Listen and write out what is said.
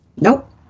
Nope